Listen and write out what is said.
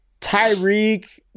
Tyreek